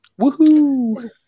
Woohoo